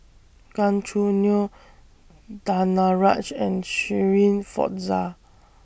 Gan Choo Neo Danaraj and Shirin Fozdar